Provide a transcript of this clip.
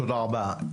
תודה רבה.